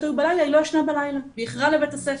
היו בלילה היא לא ישנה בלילה והיא איחרה לבית הספר.